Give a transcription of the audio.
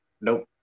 Nope